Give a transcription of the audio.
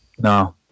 No